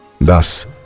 Thus